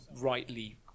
rightly